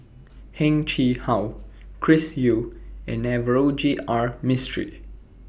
Heng Chee How Chris Yeo and Navroji R Mistri